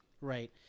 Right